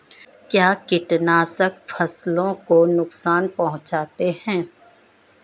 क्या कीटनाशक फसलों को नुकसान पहुँचाते हैं?